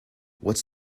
what’s